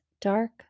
dark